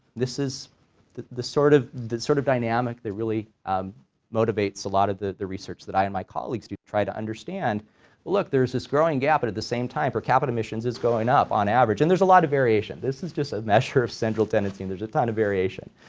this is the the sort of sort of dynamic that really um motivates a lot of the the research that i and my colleagues do to try to understand look there's this growing gap, but at the same time per capita emissions is going up on average and there's a lot of variation this is just a measure of central tendency and there's a ton of variation,